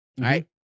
right